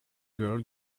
girl